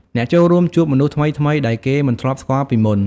អ្នកចូលរួមជួបមនុស្សថ្មីៗដែលគេមិនធ្លាប់ស្គាល់ពីមុន។